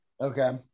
okay